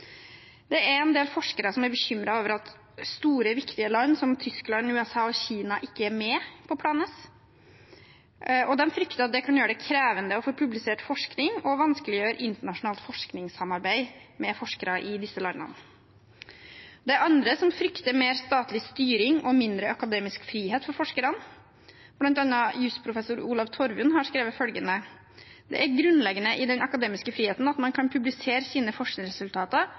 Det er en del forskere som er bekymret over at store, viktige land som Tyskland, USA og Kina ikke er med på Plan S, og de frykter at det kan gjøre det krevende å få publisert forskning og vanskeliggjøre internasjonalt forskningssamarbeid med forskere i disse landene. Det er andre som frykter mer statlig styring og mindre akademisk frihet for forskerne. Blant annet har jusprofessor Olav Torvund har skrevet følgende: «Det er grunnleggende i den akademiske frihet at man kan publisere sine